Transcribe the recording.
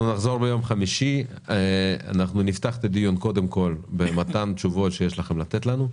אנחנו נחזור ביום חמישי ונפתח את הדיון במתן תשובות שיש לכם לתת לנו,